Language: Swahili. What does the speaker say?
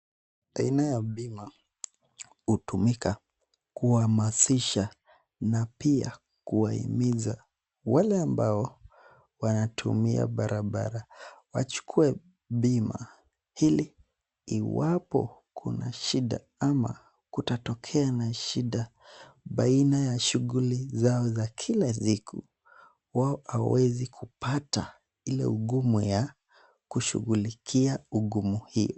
Aina ya bima hutumika kuhamasisha na pia kuwahimiza wale ambao wanatumia barabara wachukue bima hili iwapo kuna shida ama kutatokea na shida baina ya shughuli zao za kila siku. Wao hawezi kupata ile ugumu ya kushughulikia ugumu hii.